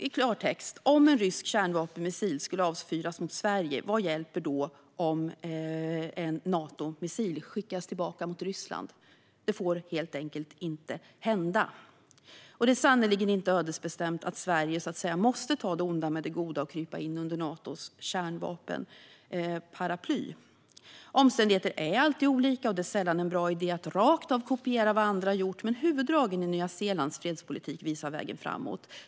I klartext: Om en rysk kärnvapenmissil skulle avfyras mot Sverige, vad hjälper det om en Natomissil skickas mot Ryssland? Detta får helt enkelt inte hända. Det är sannerligen inte ödesbestämt att Sverige måste ta det onda med det goda och krypa in under Natos kärnvapenparaply. Omständigheter är alltid olika och det är sällan en bra idé att rakt av kopiera vad andra har gjort, men huvuddragen i Nya Zeelands fredspolitik visar vägen framåt.